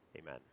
Amen